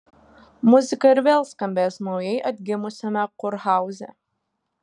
muzika ir vėl skambės naujai atgimusiame kurhauze